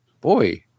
Boy